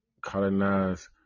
Colonized